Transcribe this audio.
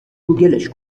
گوگلش